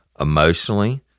emotionally